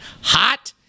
hot